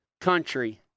country